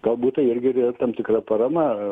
galbūt tai irgi yra tam tikra parama